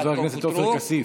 חבר הכנסת עופר כסיף.